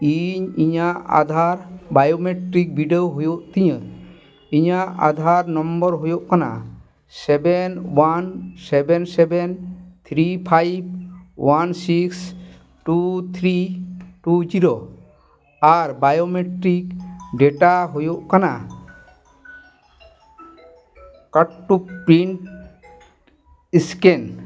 ᱤᱧ ᱤᱧᱟᱹᱜ ᱟᱫᱷᱟᱨ ᱵᱤᱰᱟᱹᱣ ᱦᱩᱭᱩᱜ ᱛᱤᱧᱟᱹ ᱤᱧᱟᱹᱜ ᱦᱩᱭᱩᱜ ᱠᱟᱱᱟ seven one seven seven three five one six two three two zero ᱟᱨ ᱦᱩᱭᱩᱜ ᱠᱟᱱᱟ ᱠᱟᱹᱴᱩᱵ